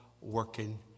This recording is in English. working